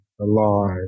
alive